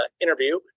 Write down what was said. interview